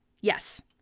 Yes